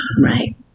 Right